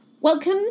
welcome